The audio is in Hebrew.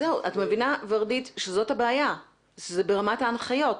זאת הבעיה, שזה ברמת ההנחיות.